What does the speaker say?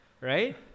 right